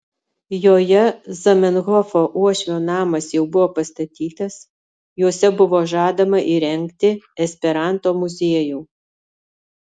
joje zamenhofo uošvio namas jau buvo pastatytas juose buvo žadama įrengti esperanto muziejų